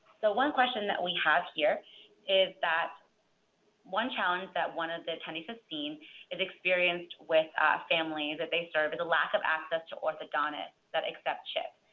so one question that we have here is that one challenge that one of the attendees has seen and experienced with families that they serve is a lack of access to orthodontists that accept chip.